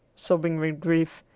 sobbing with grief,